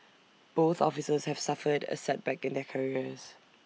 both officers have suffered A setback in their careers